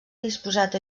disposat